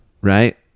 right